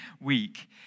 week